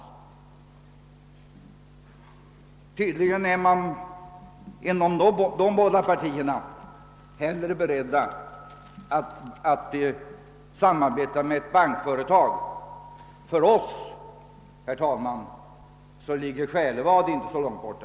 Tydligen är man inom dessa båda partier hellre beredd att samarbeta med ett bankföretag. För oss andra, herr talman, ligger Själevad inte så långt borta.